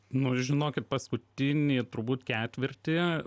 nu žinokit paskutinį turbūt ketvirtį